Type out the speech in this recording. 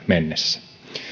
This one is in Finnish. mennessä